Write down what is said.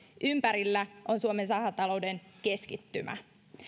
jonka ympärillä on suomen rahatalouden keskittymä